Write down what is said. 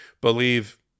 believe